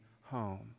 home